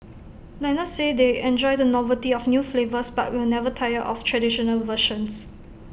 diners say they enjoy the novelty of new flavours but will never tire of traditional versions